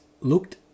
looked